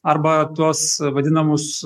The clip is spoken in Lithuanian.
arba tuos vadinamus